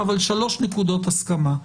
אבל שלוש נקודות הסכמה.